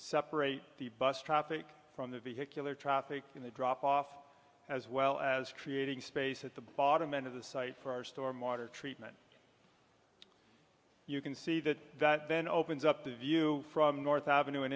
separate the bus traffic from the vehicular traffic in the drop off as well as creating space at the bottom end of the site for our storm water treatment you can see that that then opens up the view from north avenue and